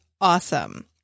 awesome